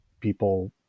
people